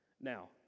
Now